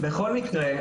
בכל מקרה,